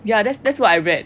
ya that's that's what I read